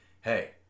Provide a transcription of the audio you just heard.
hey